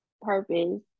purpose